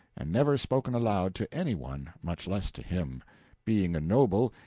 and never spoken aloud to any one, much less to him being a noble,